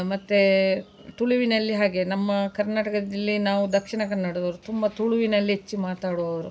ಮತ್ತೆ ತುಳುವಿನಲ್ಲಿ ಹಾಗೆ ನಮ್ಮ ಕರ್ನಾಟಕದಲ್ಲಿ ನಾವು ದಕ್ಷಿಣ ಕನ್ನಡದವರು ತುಂಬ ತುಳುವಿನಲ್ಲಿ ಹೆಚ್ಚು ಮಾತಾಡುವವರು